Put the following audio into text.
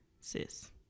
sis